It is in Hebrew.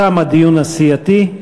תם הדיון הסיעתי.